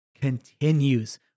continues